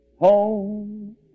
home